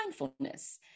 mindfulness